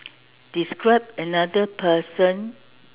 describe another person